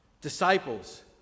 Disciples